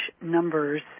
numbers